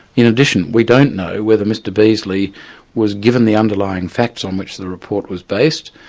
in addition, we don't know whether mr beazley was given the underlying facts on which the report was based,